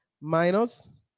minus